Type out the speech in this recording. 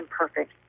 imperfect